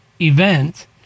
event